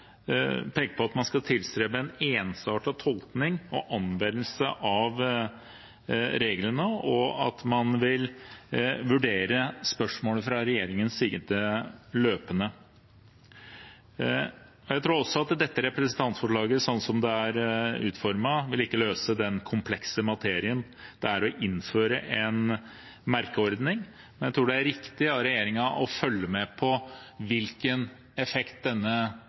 peker på at man skal tilstrebe en ensartet tolkning og anvendelse av reglene, og at man løpende vil vurdere spørsmålet fra regjeringens side. Jeg tror at dette representantforslaget, slik det er utformet, ikke vil løse den komplekse materien det er å innføre en merkeordning. Jeg tror det er riktig av regjeringen å følge med på hvilken effekt